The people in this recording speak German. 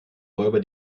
räuber